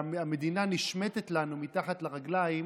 שהמדינה נשמטת לנו מתחת הרגליים,